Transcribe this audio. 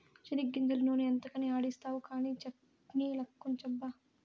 చెనిగ్గింజలన్నీ నూనె ఎంతకని ఆడిస్తావు కానీ చట్ట్నిలకుంచబ్బా